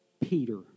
Peter